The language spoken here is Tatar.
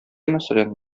мәсәлән